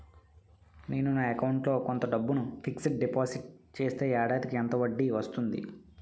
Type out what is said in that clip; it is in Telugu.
నేను నా అకౌంట్ లో కొంత డబ్బును ఫిక్సడ్ డెపోసిట్ చేస్తే ఏడాదికి ఎంత వడ్డీ వస్తుంది?